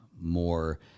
more